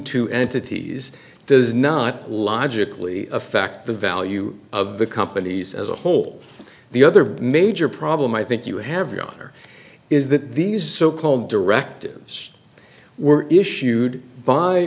two entities does not logically affect the value of the companies as a whole the other major problem i think you have your honor is that these so called directives were issued by